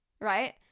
right